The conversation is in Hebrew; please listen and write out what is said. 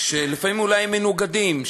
שלפעמים אולי הם מנוגדים,